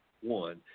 One